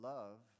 Love